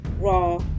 raw